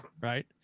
right